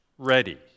ready